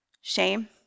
Shame